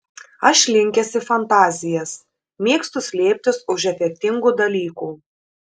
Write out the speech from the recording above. aš linkęs į fantazijas mėgstu slėptis už efektingų dalykų